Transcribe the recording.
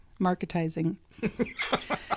Marketizing